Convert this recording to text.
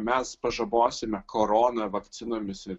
mes pažabosime koroną vakcinomis ir